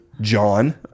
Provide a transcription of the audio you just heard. John